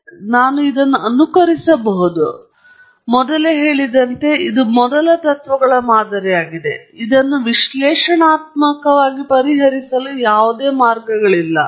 ಈಗ ವಿಶ್ಲೇಷಣಾತ್ಮಕ ಪರಿಹಾರವನ್ನು ಹೊಂದಲು ನಾನು ಏನು ಮಾಡಬಹುದು ಪ್ರವೇಶ ರೇಖೆಯ ಬದಲಾವಣೆಯು ತುಂಬಾ ಕಾಡು ಎಂದು ನಾನು ಭಾವಿಸಿದ್ದೇನೆ ಆದ್ದರಿಂದ ನಾನು ಈ ರೇಖಾತ್ಮಕವಲ್ಲದ ಮಾದರಿಯನ್ನು ರೇಖೀಯ ಎಂದು ಅಂದಾಜು ಮಾಡಬಲ್ಲೆ